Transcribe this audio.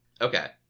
okay